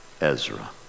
Ezra